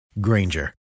Granger